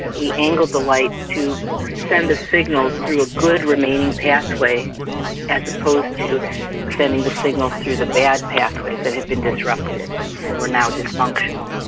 we angled the light to send the signal through a good remaining pathway as opposed to sending the signal through the bad pathway that had been disrupted and were now dysfunctional.